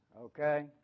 okay